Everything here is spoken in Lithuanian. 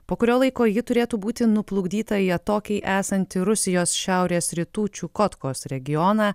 po kurio laiko ji turėtų būti nuplukdyta į atokiai esantį rusijos šiaurės rytų čiukotkos regioną